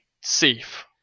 safe